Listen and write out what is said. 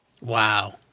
Wow